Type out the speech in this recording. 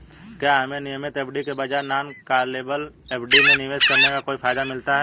क्या हमें नियमित एफ.डी के बजाय नॉन कॉलेबल एफ.डी में निवेश करने का कोई फायदा मिलता है?